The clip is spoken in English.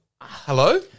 hello